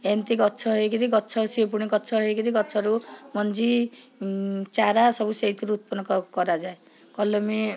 ଏମିତି ଗଛ ହେଇକିରି ଗଛ ସିଏ ପୁଣି ଗଛ ହେଇକିରି ଗଛରୁ ମଞ୍ଜି ଚାରା ସବୁ ସେଇଥିରୁ ଉତ୍ପନ କରାଯାଏ କଲମି